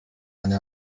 eine